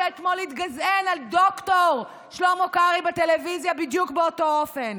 שאתמול התגזען על ד"ר שלמה קרעי בטלוויזיה בדיוק באותו אופן.